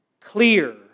clear